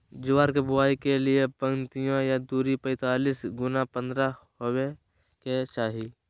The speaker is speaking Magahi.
ज्वार के बुआई के लिए पंक्तिया के दूरी पैतालीस गुना पन्द्रह हॉवे के चाही